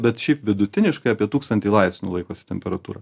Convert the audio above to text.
bet šiaip vidutiniškai apie tūkstantį laipsnių laikosi temperatūra